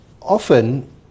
Often